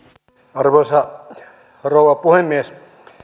arvoisa rouva puhemies